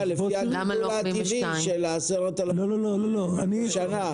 זה היה לפי התכנון העתידי של ה-10,000 לשנה,